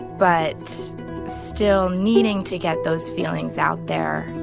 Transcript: but still needing to get those feelings out there.